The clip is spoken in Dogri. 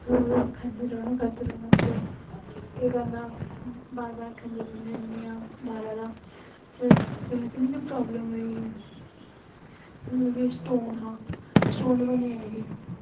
फिर खंदे रौह्ना खंदे रौह्ना फिर बार बार खंदी रौह्न्नी होन्नी आं बाह्रा दा फिर केह् होएआ कि मिगी प्राब्लम होई मतलब स्टोन हा स्टोन बनी गेआ मिगी